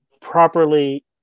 properly